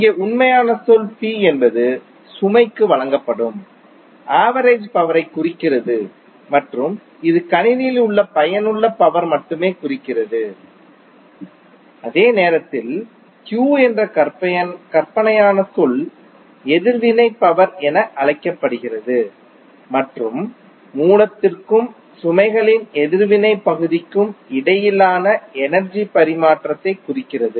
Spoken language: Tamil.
இங்கே உண்மையான சொல் P என்பது சுமைக்கு வழங்கப்படும் ஆவரேஜ் பவரை குறிக்கிறது மற்றும் இது கணினியில் உள்ள பயனுள்ள பவர் மட்டுமே குறிக்கிறது அதே நேரத்தில் Q என்ற கற்பனையான சொல் எதிர்வினை பவர் என அழைக்கப்படுகிறது மற்றும் மூலத்திற்கும் சுமைகளின் எதிர்வினை பகுதிக்கும் இடையிலான எனர்ஜி பரிமாற்றத்தை குறிக்கிறது